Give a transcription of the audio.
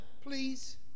please